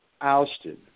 ousted